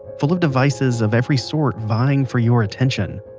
full of devices of every sort vying for your attention.